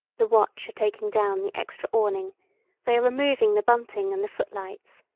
the watch are taking down the extra awning they are removing the bunting and the foot-lights.